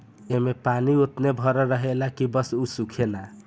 ऐमे पानी ओतने भर रहेला की बस उ सूखे ना